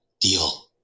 deal